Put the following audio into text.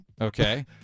Okay